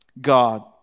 God